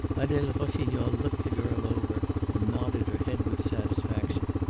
adele rossignol looked the girl over and nodded her head with satisfaction.